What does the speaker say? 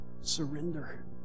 Surrender